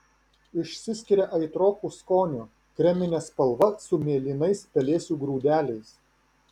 išsiskiria aitroku skoniu kremine spalva su mėlynais pelėsių grūdeliais